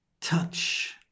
touch